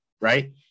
right